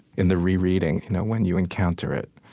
in the rereading you know when you encounter it.